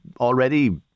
already